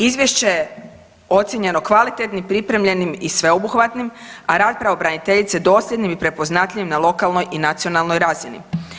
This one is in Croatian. Izvješće je ocijenjeno kvalitetnim, pripremljenim i sveobuhvatnim, a rad pravobraniteljice dosljednim i prepoznatljivim na lokalnoj i nacionalnoj razini.